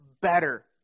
better